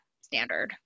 standard